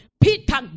Peter